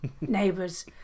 neighbors